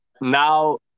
now